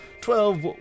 Twelve